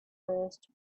first